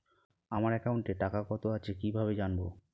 আমার একাউন্টে টাকা কত আছে কি ভাবে জানবো?